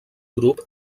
grup